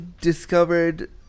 discovered